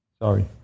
Sorry